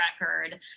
record